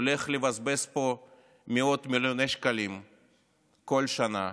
הולך לבזבז פה מאות מיליוני שקלים כל שנה